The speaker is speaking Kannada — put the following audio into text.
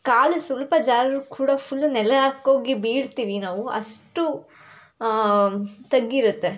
ಕಾಲು ಸ್ವಲ್ಪ ಜಾರಿರ್ರು ಕೂಡ ಫುಲ್ಲು ನೆಲಕ್ಕೋಗಿ ಬೀಳ್ತೀವಿ ನಾವು ಅಷ್ಟು ತಗ್ಗಿರುತ್ತೆ